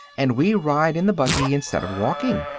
and we ride in the buggy instead of walking,